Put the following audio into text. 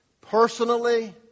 personally